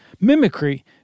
mimicry